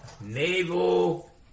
Naval